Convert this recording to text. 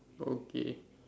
okay